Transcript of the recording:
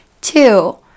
Two